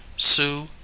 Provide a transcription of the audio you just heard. SUE